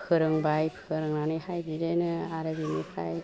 फोरोंबाय फोरोंनानैहाय बिदिनो आरो बिनिफ्राय